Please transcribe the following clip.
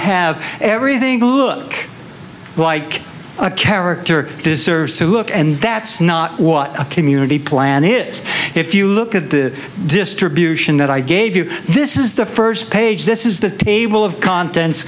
have everything look like a character deserves to look and that's not what a community planned it if you look at the distribution and that i gave you this is the first page this is the table of contents